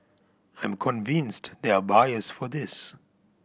I'm convinced there are buyers for this